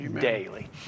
daily